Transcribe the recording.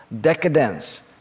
decadence